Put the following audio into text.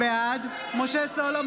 (קוראת בשמות חברי הכנסת) משה סולומון,